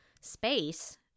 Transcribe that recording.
space